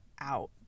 out